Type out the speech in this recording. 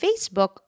Facebook